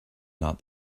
not